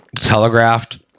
telegraphed